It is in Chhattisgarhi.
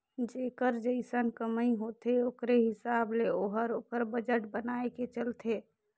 जेकर जइसन कमई होथे ओकरे हिसाब ले ओहर ओकर बजट बनाए के चलथे